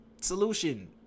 solution